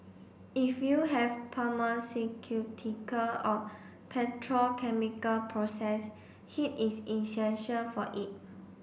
if you have pharmaceutical or petrochemical process heat is essential for it